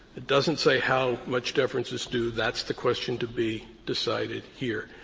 it doesn't say how much deference is due. that's the question to be decided here.